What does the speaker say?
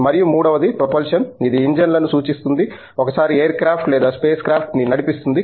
మరియు మూడవది ప్రొపల్షన్ ఇది ఇంజిన్లను సూచిస్తుంది ఒకసారి ఎయిర్ క్రాఫ్ట్ లేదా స్పేస్ క్రాఫ్ట్ ని నడిపిస్తుంది